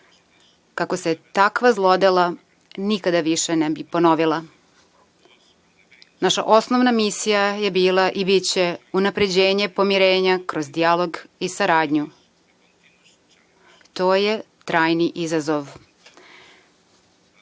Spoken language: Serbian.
kako se takva zlodela nikada više ne bi ponovila. Naša osnovna misija je bila i biće unapređenje, pomirenje kroz dijalog i saradnju, to je trajni izazov.